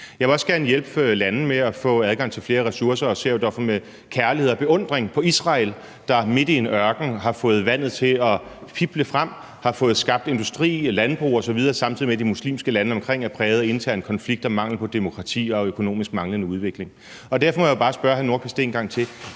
Jeg vil også gerne hjælpe lande med at få adgang til flere ressourcer, og jeg ser jo derfor med kærlighed og beundring på Israel, der midt i en ørken har fået vandet til at pible frem, har fået skabt industri og landbrug osv., samtidig med at de muslimske lande omkring dem er præget af interne konflikter og mangel på demokrati og manglende økonomisk udvikling. Derfor må jeg jo bare spørge hr. Rasmus Nordqvist en gang til,